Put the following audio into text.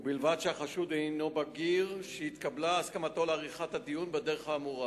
ובלבד שהחשוד הוא בגיר ושהתקבלה הסכמתו לעריכת הדיון בדרך האמורה,